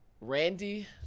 Randy